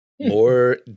more